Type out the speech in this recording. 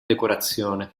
decorazione